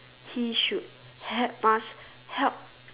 he should help us help